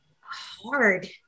hard